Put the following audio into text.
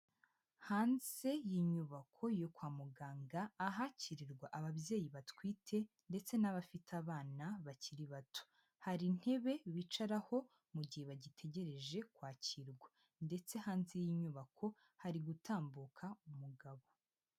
Hanze y'inyubako yo kwa muganga ahakirirwa ababyeyi batwite ndetse n'abafite abana bakiri bato, hari intebe bicaraho mu gihe bagitegereje kwakirwa ndetse hanze y'inyubako hari gutambuka umugabo.